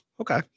Okay